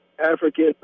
African